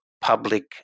public